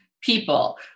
people